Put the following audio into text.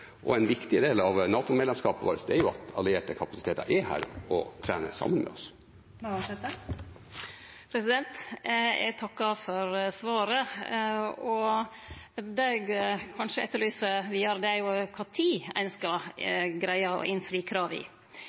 viktig del av NATO-medlemskapet vårt er jo at allierte kapasiteter er her og trener sammen med oss. Eg takkar for svaret. Det eg kanskje etterlyser vidare, er kva tid ein skal greie å innfri